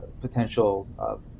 potential